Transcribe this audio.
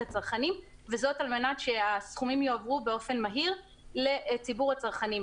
הצרכנים כדי שהסכומים יועברו במהירות לציבור הצרכנים.